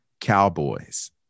Cowboys